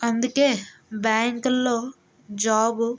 అందుకే బ్యాంక్లలో జాబ్